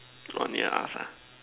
orh near us ah